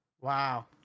Wow